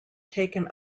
taken